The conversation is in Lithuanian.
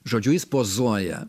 žodžiu jis pozuoja